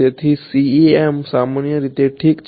તેથી CEM સામાન્ય રીતે ઠીક છે